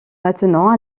maintenant